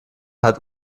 hat